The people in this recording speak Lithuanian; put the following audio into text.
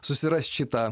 susirasti šitą